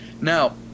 now